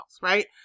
right